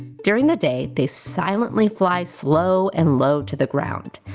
during the day, they silently fly slow and low to the ground,